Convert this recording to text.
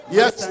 yes